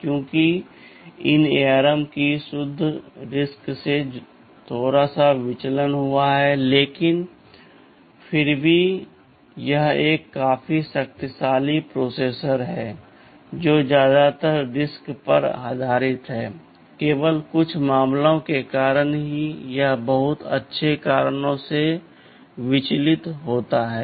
क्योंकि इन ARM का शुद्ध RISC से थोड़ा सा विचलन हुआ है लेकिन फिर भी यह एक काफी शक्तिशाली प्रोसेसर है जो ज्यादातर RISC पर आधारित होता है केवल कुछ मामलों के कारण ही यह बहुत अच्छे कारणों से विचलित होता है